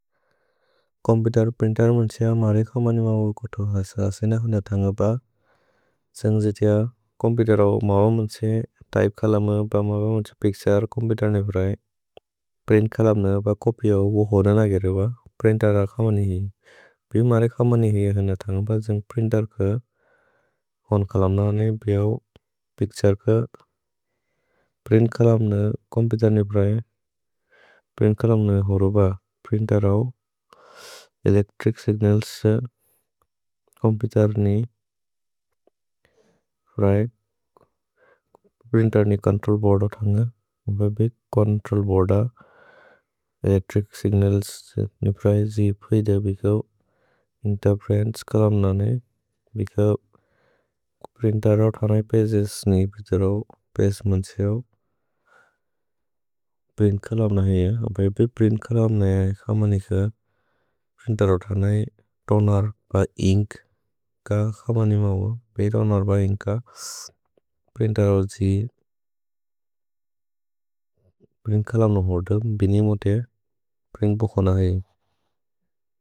Computer printer मुन्से मारे कमनि मौअ कुतु हस सेन क्सन तन्ग ब जन्ग् जेतिअ चोम्पुतेर् औ मौअ मुन्से त्य्पे कलम्। भ मौअ मुन्से पिच्तुरे चोम्पुतेर् ने प्रए। प्रिन्त् कलम् न ब चोप्य् औ वो होन नगेरे ब प्रिन्तेर् औ कमनि हि। भि मारे कमनि हि हन तन्ग ब जन्ग् प्रिन्तेर् क होन् कलम् न बिऔ पिच्तुरे क। प्रिन्त् कलम् न चोम्पुतेर् ने प्रए। प्रिन्त् कलम् न होरु ब प्रिन्तेर् औ एलेच्त्रिच् सिग्नल्स् चोम्पुतेर् ने प्रए। प्रिन्तेर् ने चोन्त्रोल् बोअर्द् औ तन्ग ब बि चोन्त्रोल् बोअर्द् औ। एलेच्त्रिच् सिग्नल्स् ने प्रए जि भि दे भि कौ इन्तेर्फेरेन्चे कलम्। न ने भि कौ प्रिन्तेर् औ तन्ग हि पगेस् ने भि तरौ पगेस् मुन्से औ। प्रिन्त् कलम् न हि ह ब भि प्रिन्त् कलम् न हि है कमनि क प्रिन्तेर् औ तन्ग हि तोनेर् ब इन्क्। क कमनि मौअ। भय्रोन् और् ब इन्क् क प्रिन्तेर् औ जि। प्रिन्त् कलम् न होरु द बिनि मुतेर् प्रिन्त् बुखोन है।